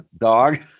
dog